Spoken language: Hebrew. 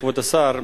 כבוד השר,